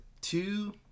two